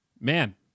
man